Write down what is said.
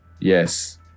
Yes